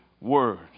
Word